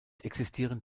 existieren